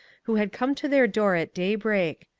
who had come to their door at daybreak.